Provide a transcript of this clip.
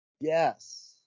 yes